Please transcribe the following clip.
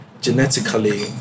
genetically